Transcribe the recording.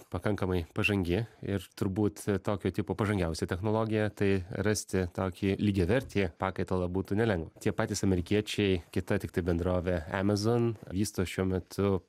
pakankamai pažangi ir turbūt tokio tipo pažangiausia technologija tai rasti tokį lygiavertį pakaitalą būtų nelengva tie patys amerikiečiai kita tiktai bendrovė emazon vysto šiuo metu